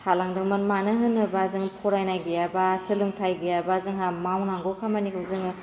थालांदोंमोन मानो होनोबा जोङो फरायनाय गैयाबा सोलोंथाइ गैयाबा जोंहा मावनांगौ खामानिखौ जोङो